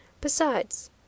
Besides—